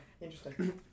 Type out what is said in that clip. Interesting